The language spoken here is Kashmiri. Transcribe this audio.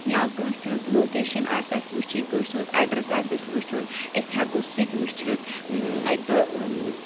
یا کٲنٛسہِ ہٕنٛز لوکیشَن آسہِ اَسہِ وٕچھِنۍ کٲنٛسہِ ہٕنٛز اؠڈرس آسہِ اَسہِ وٕچھُن أسۍ ہؠکو سُہ تہِ وٕچھِتھ تہٕ